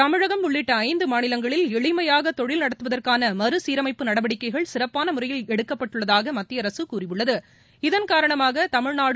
தமிழகம் உள்ளிட்ட ஐந்து மாநிலங்களில் எளிமையாக தொழில் நடத்துவதற்கான மறு சீரமைப்பு நடவடிக்கைகள் சிறப்பான முறையில் எடுக்கப்பட்டுள்ளதாக மத்திய அரசு கூறியுள்ளது இதன்காரணமாக தமிழ்நாடு